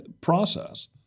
process